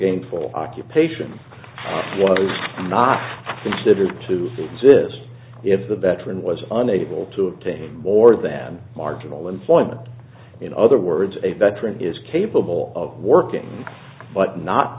gainful occupation was not considered to be exist if the veteran was unable to obtain more than marginal employment in other words a veteran is capable of working but not